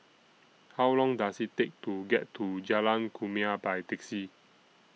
How Long Does IT Take to get to Jalan Kumia By Taxi